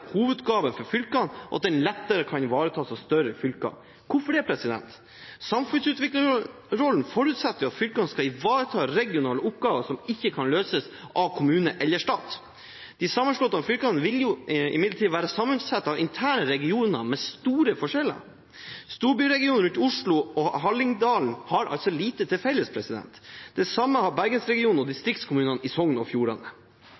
hovedoppgave for fylkene, og at den lettere kan ivaretas av større fylker. Hvorfor det? Samfunnsutviklerrollen forutsetter at fylkene skal ivareta regionale oppgaver som ikke kan løses av kommune eller stat. De sammenslåtte fylkene vil imidlertid være sammensatt av interne regioner med store forskjeller. Storbyregionen rundt Oslo og Hallingdal har lite til felles. Det samme har Bergens-regionen og distriktskommunene i Sogn og Fjordane.